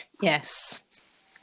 Yes